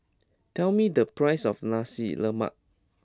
tell me the price of Nasi Lemak